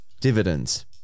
Dividends